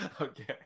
okay